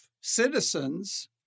citizens